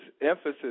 emphasis